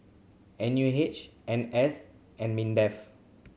N U H N S and MINDEF